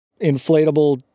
inflatable